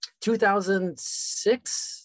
2006